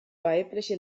weibliche